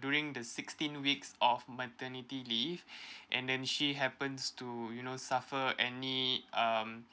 during the sixteen weeks of maternity leave and then she happens to you know suffer any um